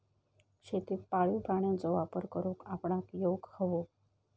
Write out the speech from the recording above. शेतीत पाळीव प्राण्यांचो वापर करुक आपणाक येउक हवो